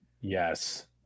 Yes